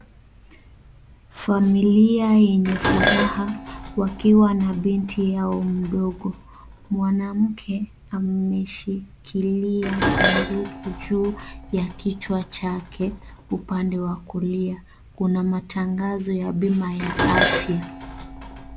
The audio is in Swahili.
Familia yenye furaha wakiwa na binti yao mdogo. Mwanamke ameshikilia sanduku juu ya kichwa chake upande wa kulia. Kuna matangazo ya bima ya afya.